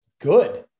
good